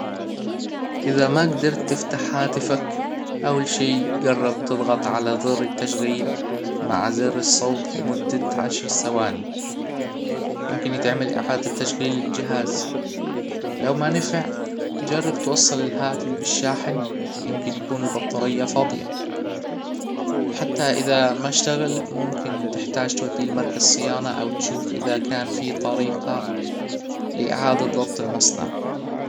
اذا ما جدرت تفتح هاتفك اول شي جرب تضغط على زر التشغيل مع زر الصوت لمدة عشر ثواني يمكن يتعمل اعادة تشغيل للجهاز لو ما نفع جرب توصل الهاتف بالشاحن يمكن تكون البطارية فاضية حتى اذا ما اشتغل ممكن تحتاج توديه مركز صيانة او تشوف اذا كان في طريقة لاعادة ضبط المصنع